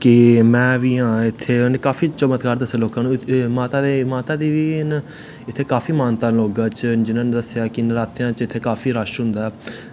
कि मैं बी आं इत्थै उन्नै काफी चमतकार दस्से लोकां नू माता दे माता दी बी इ'न्न इत्थें काफी मान्यता लोंगां च जियां हून दस्से कि नरातेआं च इत्थें काफी रश होंदा ऐ